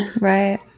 Right